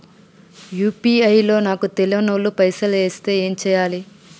UPI లో నాకు తెల్వనోళ్లు పైసల్ ఎస్తే ఏం చేయాలి?